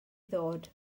ddod